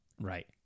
Right